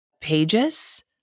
pages